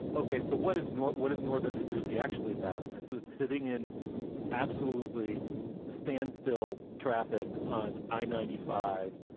ok, so what is it? what what is northern new jersey actually about? i so was sitting in absolutely standstill traffic on i ninety five,